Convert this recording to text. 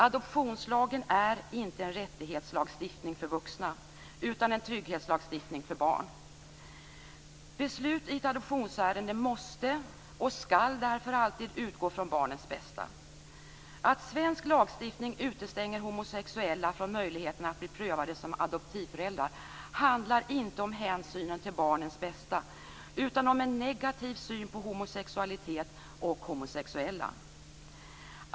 Adoptionslagen är inte en rättighetslagstiftning för vuxna utan en trygghetslagstiftning för barn. Beslut i ett adoptionsärende måste och skall därför alltid utgå från barnets bästa. Att svensk lagstiftning utestänger homosexuella från möjligheten att bli prövade som adoptivföräldrar handlar inte om hänsynen till barnens bästa utan om en negativ syn på homosexualitet och homosexuella.